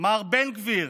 מר בן גביר,